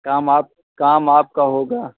काम आपका काम आपका होगा